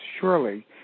surely